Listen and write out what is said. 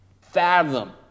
fathom